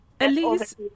Elise